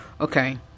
okay